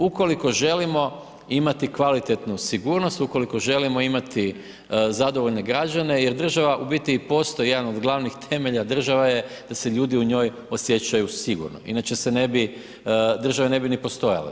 Ukoliko želimo imati kvalitetnu sigurnost, ukoliko želimo imati zadovoljne građane jer država u biti i postoji jedan od glavnih temelja, država je da se ljudi u njoj osjećaju sigurno inače se ne bi, država ne bi ni postojala.